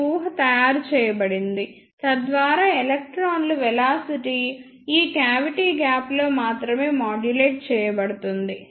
ఈ ఊహ తయారు చేయబడింది తద్వారా ఎలక్ట్రాన్ల వెలాసిటీ ఈ క్యావిటి గ్యాప్లో మాత్రమే మాడ్యులేట్ చేయబడుతుంది